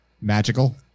Magical